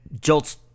jolt's